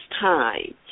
time